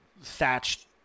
thatched